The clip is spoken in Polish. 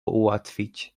ułatwić